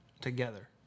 together